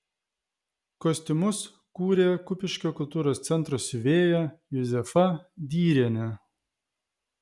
kostiumus kūrė kupiškio kultūros centro siuvėja juzefa dyrienė